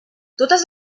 totes